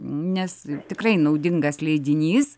nes tikrai naudingas leidinys